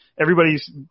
everybody's